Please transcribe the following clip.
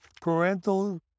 parental